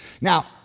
Now